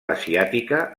asiàtica